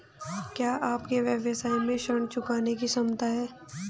क्या आपके व्यवसाय में ऋण चुकाने की क्षमता है?